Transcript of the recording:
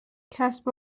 کسب